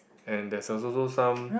and there's also some